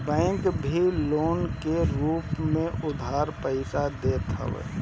bank भी loan के रूप में उधार पईसा देत हवे